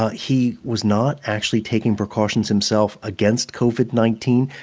ah he was not actually taking precautions himself against covid nineteen.